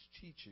teaching